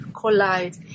collide